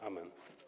Amen.